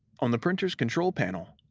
on the printer's control panel,